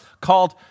called